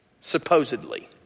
supposedly